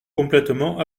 complètement